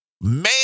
man